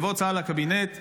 יבוא צה"ל לקבינט,